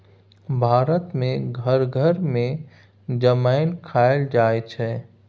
भारत मे घर घर मे जमैन खाएल जाइ छै